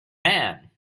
man